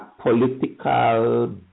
political